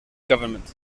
government